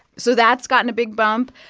so that's gotten a big bump.